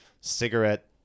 cigarette